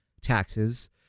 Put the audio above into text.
taxes